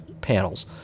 panels